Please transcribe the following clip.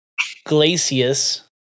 Glacius